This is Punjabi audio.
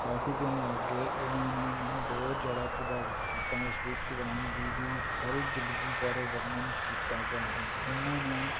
ਕਾਫੀ ਦਿਨ ਲੱਗ ਗਏ ਇਹਨਾਂ ਨੇ ਮੈਨੂੰ ਬਹੁਤ ਜ਼ਿਆਦਾ ਪ੍ਰਭਾਵਿਤ ਕੀਤਾ ਇਸ ਵਿੱਚ ਰਾਮ ਜੀ ਦੀ ਸਾਰੀ ਜ਼ਿੰਦਗੀ ਬਾਰੇ ਵਰਣਨ ਕੀਤਾ ਗਿਆ ਹੈ ਉਹਨਾਂ ਨੇ